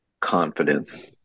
confidence